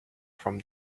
from